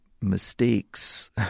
mistakes